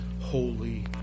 holy